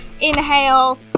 inhale